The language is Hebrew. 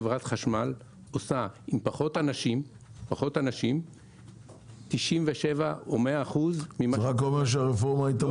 חברת החשמל עושה עם פחות אנשים 97% או 100% ממה שהיא צריכה לעשות.